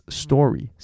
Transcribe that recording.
story